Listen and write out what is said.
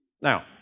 Now